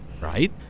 right